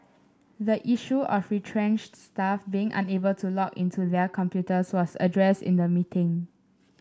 the issue of retrenched staff being unable to log into their computers was addressed in the meeting